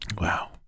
wow